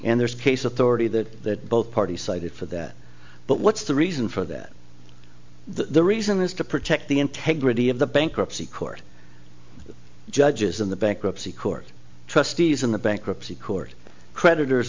and there's case authority that both parties cited for that but what's the reason for that the reason is to protect the integrity of the bankruptcy court judges in the bankruptcy court trustees in the bankruptcy court creditors